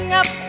up